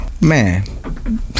Man